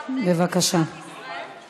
לג'יהאד נגד מדינת ישראל?